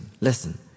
Listen